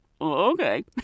Okay